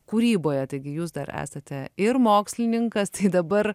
kūryboje taigi jūs dar esate ir mokslininkas dabar